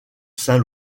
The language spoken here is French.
saint